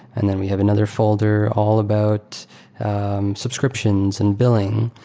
and then we have another folder all about subscriptions and billing.